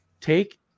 take